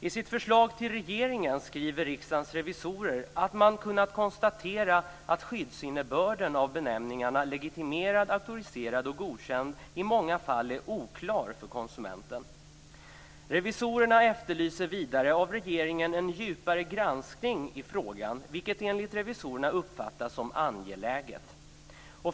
I sitt förslag till regeringen skriver Riksdagens revisorer att man har kunnat konstatera att skyddsinnebörden av benämningarna "legitimerad", "auktoriserad" och "godkänd" i många fall är oklar för konsumenten. Revisorerna efterlyser vidare av regeringen en djupare granskning av frågan. Det uppfattas av revisorerna som angeläget.